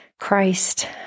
Christ